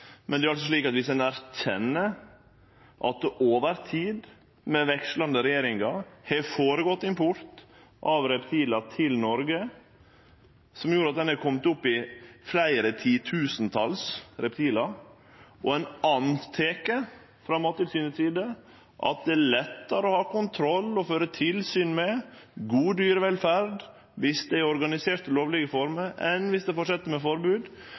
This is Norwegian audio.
Viss ein erkjenner at det over tid, med vekslande regjeringar, har gått føre seg import av reptil til Noreg som har gjort at ein har kome opp i fleire titusental reptil, og at Mattilsynet meiner det er lettare å ha kontroll og føre tilsyn med dyrevelferda viss det er organisert i lovlege former enn viss ein held fram med forbod,